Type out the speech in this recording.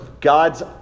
God's